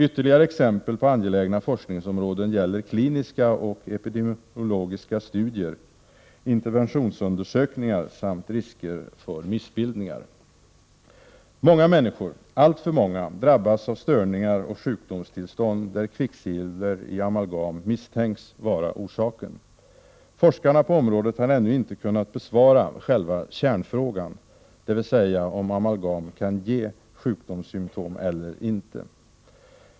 Ytterligare exempel på angelägna forskningsområden gäller kliniska och epidemiologiska studier, inverventionsundersökningar samt risker för missbildningar. Många människor — alltför många — drabbas av störningar och sjukdomstillstånd, där kvicksilver i amalgam misstänks vara orsaken. Forskarna på området har ännu inte kunnat besvara själva kärnfrågan, dvs. om amalgam kan ge sjukdomssymtom eller inte.